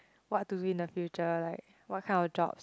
what to win a future like what kind of jobs